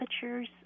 temperatures